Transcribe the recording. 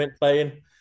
playing